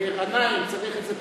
גנאים צריך את זה?